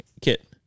kit